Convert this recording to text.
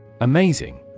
Amazing